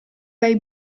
dai